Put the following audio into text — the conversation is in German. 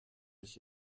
ich